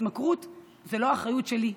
ההתמכרות זאת לא אחריות שלי,